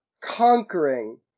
conquering